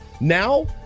Now